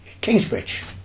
Kingsbridge